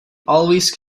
always